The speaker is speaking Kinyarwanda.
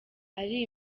ari